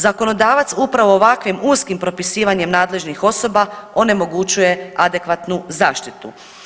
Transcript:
Zakonodavac upravo ovakvim uskim propisivanjem nadležnih osoba onemogućuje adekvatnu zaštitu.